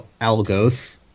Algos